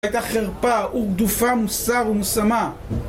היתה חרפה וגדופה, מוסר ומשמה